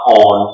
on